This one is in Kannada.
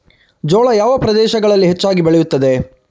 ಜೋಳ ಯಾವ ಪ್ರದೇಶಗಳಲ್ಲಿ ಹೆಚ್ಚಾಗಿ ಬೆಳೆಯುತ್ತದೆ?